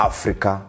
Africa